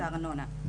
את הארנונה.